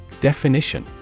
Definition